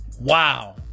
wow